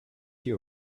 you